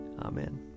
Amen